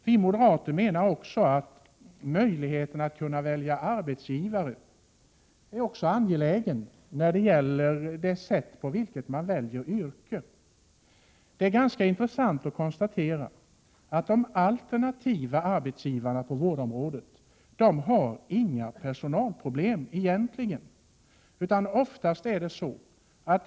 Vi moderater menar att möjligheten att välja arbetsgivare också är viktig för yrkesvalet. Det är intressant att konstatera att de alternativa arbetsgivarna på vårdområdet inte egentligen har några personalproblem.